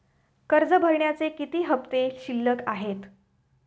कर्ज भरण्याचे किती हफ्ते शिल्लक आहेत?